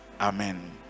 Amen